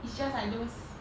it's just like those